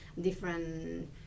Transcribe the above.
different